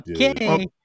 okay